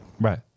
Right